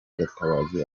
gatabazi